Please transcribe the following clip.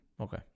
okay